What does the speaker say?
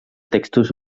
textos